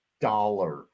dollar